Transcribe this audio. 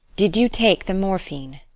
did you take the morphine?